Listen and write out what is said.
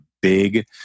big